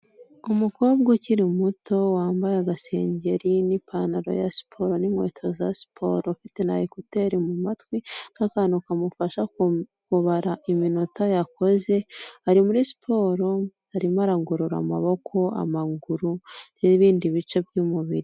Umukobwa ukiri muto wambaye agasengeri n'ipantaro ya siporo n'inkweto za siporo ufite na ekuteri mu matwi n'akantu kamufasha kubara iminota yakoze, ari muri siporo arimo aragorora amaboko amaguru n'ibindi bice by'umubiri.